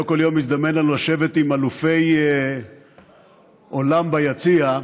לא כל יום מזדמן לנו לשבת עם אלופי עולם ביציע,